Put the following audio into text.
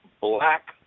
black